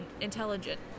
intelligent